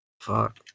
fuck